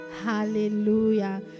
hallelujah